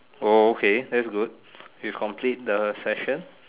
oh okay that's good we've complete the session